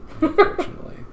Unfortunately